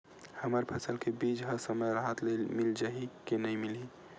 हमर फसल के बीज ह समय राहत ले मिल जाही के नी मिलही?